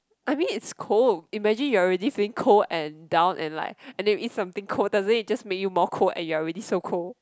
I mean it's cold imagine you are already saying cold and down and like and then you eat something cold doesn't it just make you more cold and you are already so cold